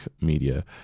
media